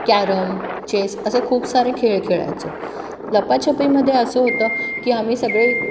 carrom chess असे खूप सारे खेळ खेळायचो लपाछपीमध्ये असं होतं की आम्ही सगळे